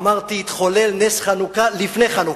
אמרתי: התחולל נס חנוכה לפני חנוכה.